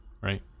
right